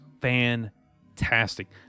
fantastic